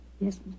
Yes